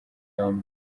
yombi